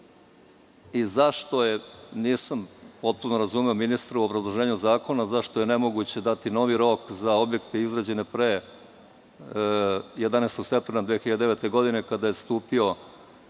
Zašto je, nisam potpuno razumeo ministra, u obrazloženju zakona, nemoguće dati novi rok za objekte izgrađene pre 11. septembra 2009. godine, kada je stupio